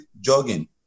jogging